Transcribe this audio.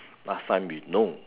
last time we no